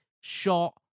shot